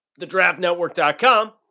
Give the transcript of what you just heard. thedraftnetwork.com